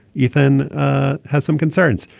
ethan has some concerns.